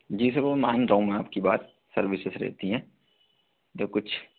जी sir मैं मान रहा हूँ ना आपकी बात सर्विस रहती है क्या कुछ